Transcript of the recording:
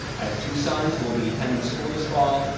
i have two sons who will be attending school this fall,